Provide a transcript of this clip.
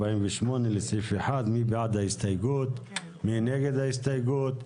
אני מעלה את ההסתייגות שלי, בהתאם לדיון שהיה גם